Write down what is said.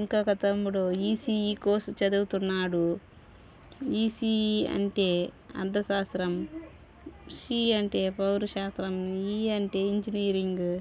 ఇంకొక తమ్ముడు ECE course చదువుతున్నాడు ఈసీఈ అంటే అర్థశాస్త్రం సి అంటే పౌరశాస్త్రం ఈ అంటే ఇంజినీరింగు